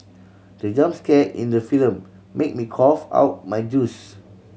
the jump scare in the film made me cough out my juice